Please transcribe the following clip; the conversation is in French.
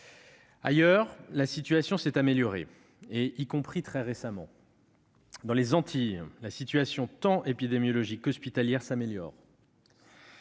Ailleurs, la situation s'est améliorée, y compris très récemment. Dans les Antilles, la situation, tant épidémiologique qu'hospitalière, est meilleure.